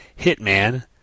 hitman